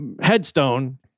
headstone